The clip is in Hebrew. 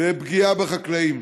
ופגיעה בחקלאים.